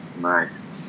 Nice